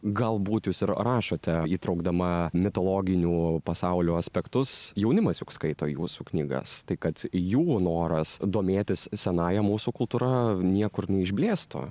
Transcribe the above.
galbūt jūs ir rašote įtraukdama mitologinių pasaulių aspektus jaunimas juk skaito jūsų knygas tai kad jų noras domėtis senąja mūsų kultūra niekur neišblėstų